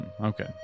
Okay